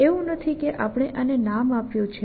એવું નથી કે આપણે આને નામ આપ્યું છે